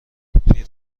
پیر